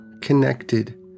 connected